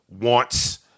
wants